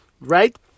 right